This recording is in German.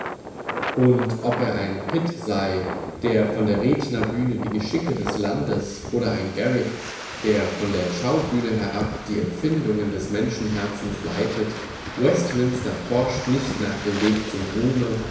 und ob er ein pitt sei der von der rednerbühne die geschicke des landes oder ein garrick der von der schaubühne herab die empfindungen des menschenherzens leitet westminster forscht nicht nach dem weg zum ruhme